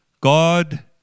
God